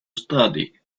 study